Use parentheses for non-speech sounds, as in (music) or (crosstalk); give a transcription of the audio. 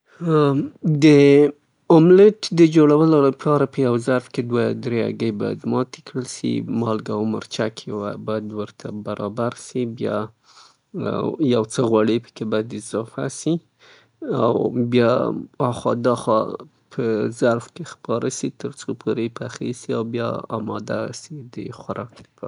د اوملیټ د اماده کولو د پاره دوه یا دری هګۍ اماده سي په یو ظرف کې. مالګه پې واچول سی او څه غوړ ورته اضافه سي، تر هغه وخته پورې پخې سي څه، (hesitation) که غواړې پوره او یا نیم خامه پرېښودل سي د څو دقو دپاره او وروسته د هغه نه صرف سي.